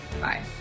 Bye